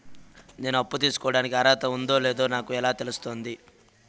నేను అప్పు తీసుకోడానికి అర్హత ఉందో లేదో నాకు ఎలా తెలుస్తుంది?